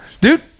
Dude